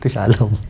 ke salam